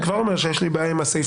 אני כבר אומר שיש לי קצת בעיה עם הסעיף